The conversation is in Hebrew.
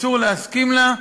ואסור להסכים לה.